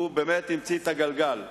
הוא באמת המציא את הגלגל.